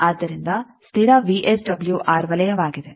ಆದ್ದರಿಂದ ಸ್ಥಿರ ವಿಎಸ್ಡಬ್ಲ್ಯೂಆರ್ ವಲಯವಾಗಿದೆ